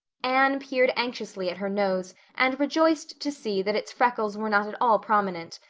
anne peered anxiously at her nose and rejoiced to see that its freckles were not at all prominent,